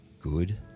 good